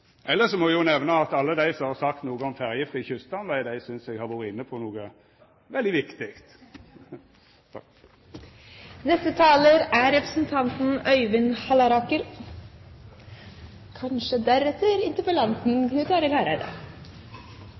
må eg nemna at eg synest alle dei som har sagt noko om ferjefri kyststamveg, har vore inne på noko veldig viktig. Jeg er veldig enig med forrige taler i hans avsluttende kommentar. Jeg er også glad for at representanten